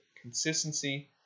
Consistency